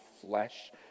flesh